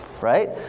right